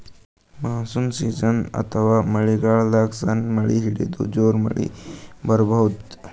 monsoon season ಅಥವಾ ಮಳಿಗಾಲದಾಗ್ ಸಣ್ಣ್ ಮಳಿ ಹಿಡದು ಜೋರ್ ಮಳಿ ಬರಬಹುದ್